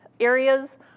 areas